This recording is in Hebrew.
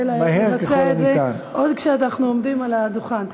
ולבצע את זה עוד כשאנחנו עומדים על הדוכן.